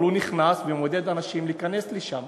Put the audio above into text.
אבל הוא נכנס ומעודד אנשים להיכנס לשם.